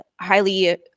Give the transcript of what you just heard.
highly